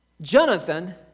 Jonathan